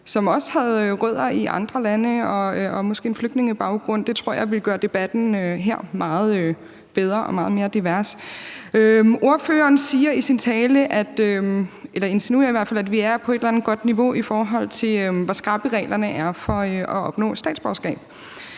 som også havde rødder i andre lande og måske havde en flygtningebaggrund. Det tror jeg ville gøre debatten her meget bedre og give den meget mere diversitet. Ordføreren insinuerer i sin tale, at vi er på et eller andet godt niveau, i forhold til hvor skrappe reglerne er for at opnå statsborgerskab.